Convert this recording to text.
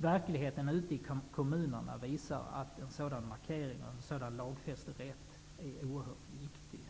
Verkligheten ute i kommunerna visar att en sådan lagfäst rätt är oerhört viktig.